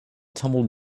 tumble